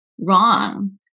wrong